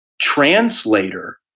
translator